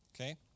Okay